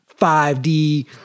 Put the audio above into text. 5D